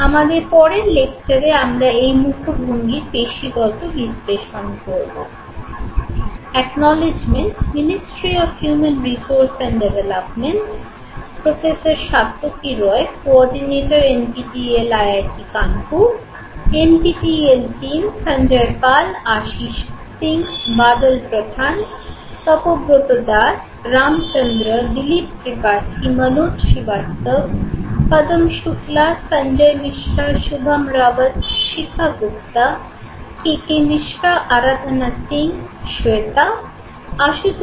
আমাদের পরের লেকচারে আমরা এই মুখভঙ্গির পেশিগত বিশ্লেষণ করবো